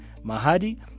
mahadi